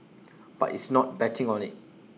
but it's not betting on IT